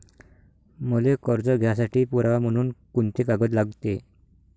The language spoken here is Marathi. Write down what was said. मले कर्ज घ्यासाठी पुरावा म्हनून कुंते कागद लागते?